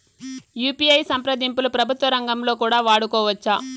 UPI సంప్రదింపులు ప్రభుత్వ రంగంలో కూడా వాడుకోవచ్చా?